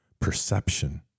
perception